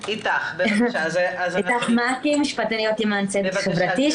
"איתך מעכי" משפטניות למען הצדק החברתי.